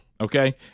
okay